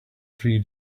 three